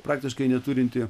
praktiškai neturinti